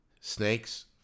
Snakes